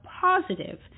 positive